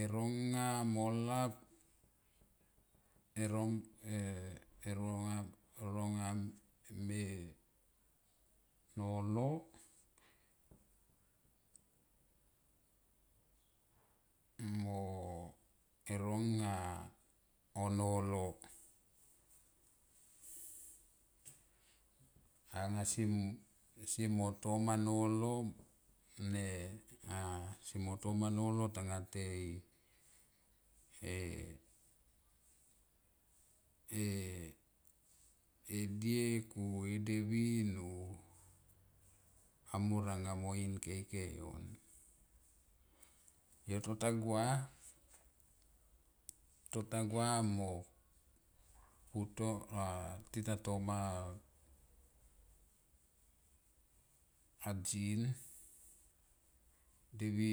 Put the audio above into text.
E ronga mo lap eronga me nolo mo eronga oi nolo anga sie mo toam nolo ne a se mo toma nolo tongatei e diek o e devin amor anga mo in keikei. Yo tota gua tota gua mo teteamoma a jean devi